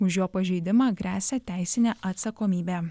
už jo pažeidimą gresia teisinė atsakomybė